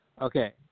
Okay